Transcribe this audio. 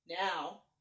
Now